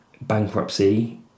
bankruptcy